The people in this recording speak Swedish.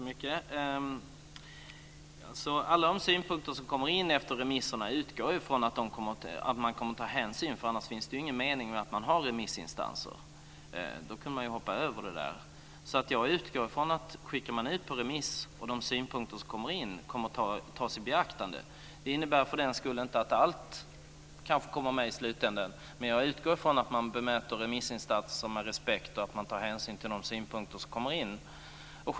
Fru talman! Tack så mycket. Jag utgår från att man kommer att ta hänsyn till alla de synpunkter som kommer in efter remisstidens utgång. Annars finns det ju ingen mening med att man har remissinstanser. Då kan man ju hoppa över det. Jag utgår från att de synpunkter som kommer in i remissvaren kommer att tas i beaktande. Det innebär för den skull inte att allt kanske kommer med i slutändan. Men jag utgår från att man bemöter remissinstanser med respekt och att man tar hänsyn till de synpunkter som kommer in.